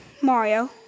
Mario